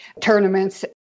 tournaments